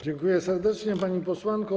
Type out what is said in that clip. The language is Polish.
Dziękuję serdecznie, pani posłanko.